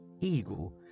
eagle